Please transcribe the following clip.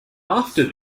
after